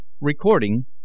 Recording